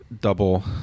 double